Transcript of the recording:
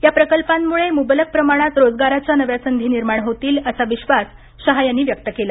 या प्रकल्पांमुळे मुबलक प्रमाणात रोजगाराच्या नव्या संधी निर्माण होतील असा विश्वास शहा यांनी व्यक्त केला